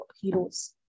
heroes